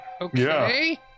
Okay